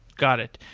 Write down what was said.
got it.